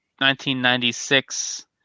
1996